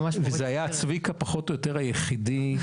כשחשבתי עם עצמי האם עומרי באמת רוצה ילדים אחרי